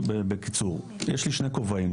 יש לי שני כובעים,